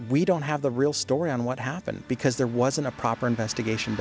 we don't have the real story on what happened because there wasn't a proper investigation